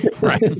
right